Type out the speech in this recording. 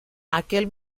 aquel